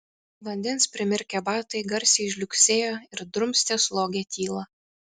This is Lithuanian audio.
vandens primirkę batai garsiai žliugsėjo ir drumstė slogią tylą